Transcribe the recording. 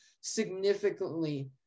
significantly